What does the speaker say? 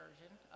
version